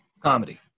Comedy